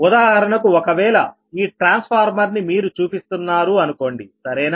ఉదాహరణకు ఒకవేళ ఈ ట్రాన్స్ఫార్మర్ ని మీరు చూపిస్తున్నారు అనుకోండి సరేనా